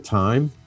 time